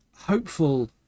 hopeful